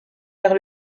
vers